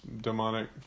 demonic